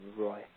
Roy